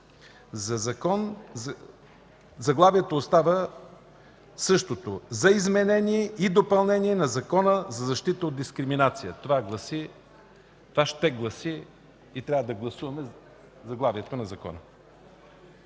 но сега заглавието остава същото – за изменение и допълнение на Закона за защита от дискриминация. Това ще гласи и трябва да гласуваме заглавието на Закона.